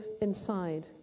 inside